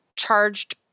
Charged